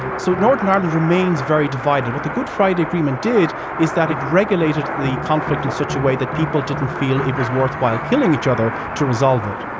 so northern ireland ah and remains very divided. what the good friday agreement did is that it regulated the conflict in such a way that people didn't feel it was worthwhile killing each other to resolve it